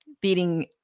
beating